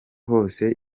hose